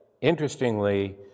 interestingly